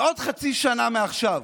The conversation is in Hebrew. בעוד חצי שנה מעכשיו,